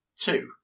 Two